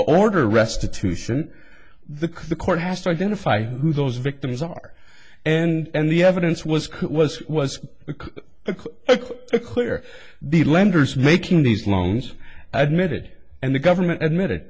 order restitution the the court has to identify who those victims are and the evidence was was was clear the lenders making these loans admitting it and the government admitted